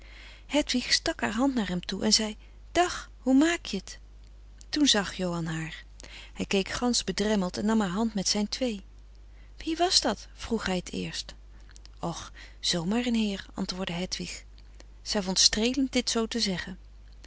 stak haar hand naar hem toe en zei dag hoe maak je t toen zag johan haar hij frederik van eeden van de koele meren des doods keek gansch bedremmeld en nam haar hand met zijn twee wie was dat vroeg hij t eerst och zoo maar een heer antwoordde hedwig zij vond streelend dit zoo te zeggen